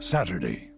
Saturday